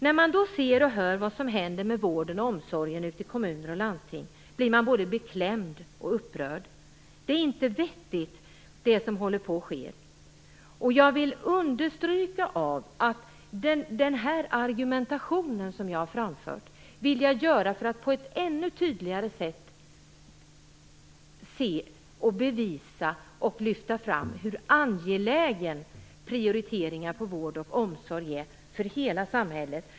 När man då ser och hör vad som händer med vården och omsorgen ute i kommuner och landsting blir man både beklämd och upprörd. Det som håller på att ske är inte vettigt. Jag vill understryka att jag har framfört min argumentation för att jag på ett ännu tydligare sätt ville bevisa och lyfta fram hur angelägna prioriteringarna på vård och omsorg är för hela samhället.